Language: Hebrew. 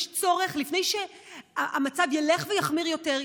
לפני שהמצב ילך ויחמיר יותר,